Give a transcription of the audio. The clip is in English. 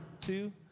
two